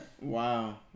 Wow